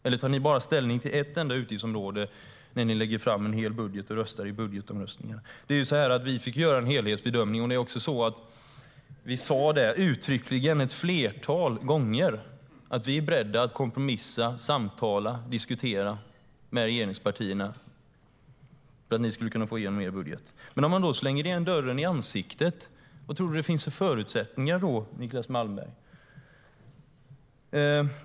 Eller tar ni bara ställning till ett enda utgiftsområde när ni lägger fram en hel budget och röstar i budgetomröstningen? Vi fick göra en helhetsbedömning. Vi sa uttryckligen ett flertal gånger att vi är beredda att kompromissa, samtala och diskutera med regeringspartierna för att ni skulle kunna få igenom er budget. Men om man slänger igen dörren i ansiktet, vad tror du då att det finns för förutsättningar, Niclas Malmberg?